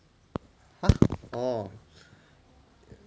!huh! orh